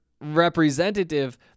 representative